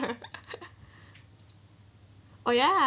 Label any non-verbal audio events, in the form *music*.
*laughs* oh ya